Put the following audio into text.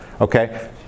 okay